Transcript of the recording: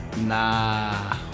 Nah